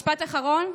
משפט אחרון: